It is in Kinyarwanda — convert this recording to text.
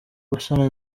gusana